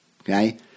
okay